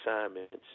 assignments